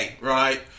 right